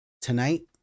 tonight